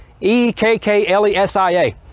e-k-k-l-e-s-i-a